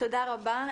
תודה רבה.